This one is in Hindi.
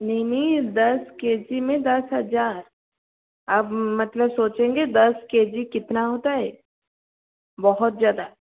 नहीं नहीं दस के जी में दस हजार अब मतलब सोचेंगे दस के जी कितना होता है बहुत ज़्यादा